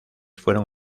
fueron